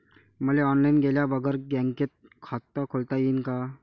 मले ऑनलाईन गेल्या बगर बँकेत खात खोलता येईन का?